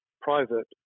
private